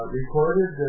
recorded